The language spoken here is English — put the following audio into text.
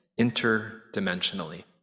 interdimensionally